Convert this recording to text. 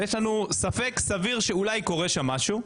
אבל יש לנו ספק סביר שאולי קורה שם משהו.